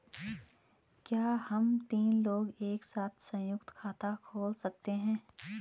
क्या हम तीन लोग एक साथ सयुंक्त खाता खोल सकते हैं?